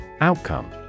Outcome